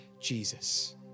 Jesus